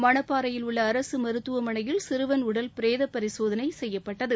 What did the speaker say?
மணப்பாறையில் உள்ள அரசு மருத்துவமனையில் சிறுவன் உடல் பிரேத பரிசோதனை செய்யப்பட்டது